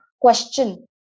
question